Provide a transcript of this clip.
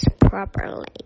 properly